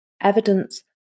evidence